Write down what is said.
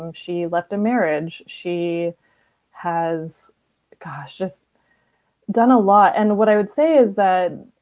um she left a marriage. she has gosh. just done a lot. and what i would say is that